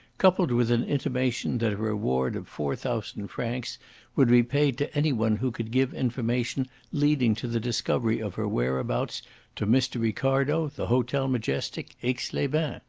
coupled with an intimation that a reward of four thousand francs would be paid to any one who could give information leading to the discovery of her whereabouts to mr. ricardo, the hotel majestic, aix-les-bains!